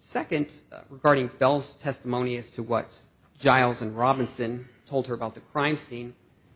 second regarding bell's testimony as to what's giles and robinson told her about the crime scene